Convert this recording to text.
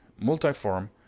multiform